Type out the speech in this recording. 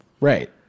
right